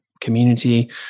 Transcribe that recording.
community